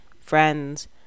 friends